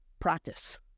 Practice